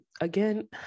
again